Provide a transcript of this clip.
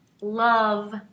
love